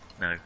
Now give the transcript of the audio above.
No